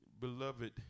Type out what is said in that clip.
Beloved